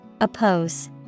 Oppose